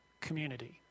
community